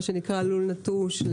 מה שנקרא לול נטוש,